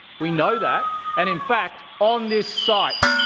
we know that. and in fact, on this site,